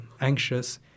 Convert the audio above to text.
anxious